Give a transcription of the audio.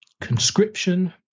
Conscription